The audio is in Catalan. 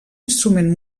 instrument